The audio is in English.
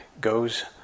goes